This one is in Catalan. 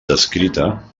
descrita